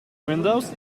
windows